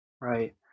Right